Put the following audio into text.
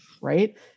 Right